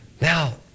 now